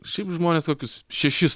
šiaip žmonės kokius šešis